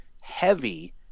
heavy